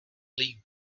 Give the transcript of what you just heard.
league